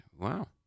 Wow